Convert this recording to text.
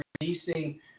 releasing